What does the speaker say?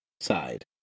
side